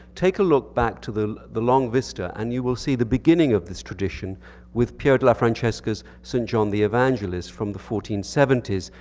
take a look back to the the long vista and you will see the beginning of this tradition with piero della francesca's st. john the evangelist from the fourteen seventy s.